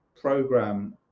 program